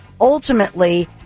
ultimately